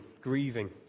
grieving